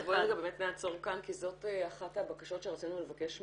בואי נעצור כאן באמת כי זאת אחת הבקשות שרצינו לבקש ממך,